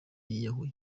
yiyahuye